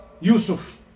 Yusuf